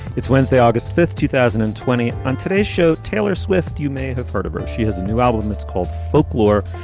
it's wednesday, august fifth, two thousand and twenty. on today's show, taylor swift, you may have heard of her. she has a new album. it's called folklore.